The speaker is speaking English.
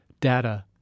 Data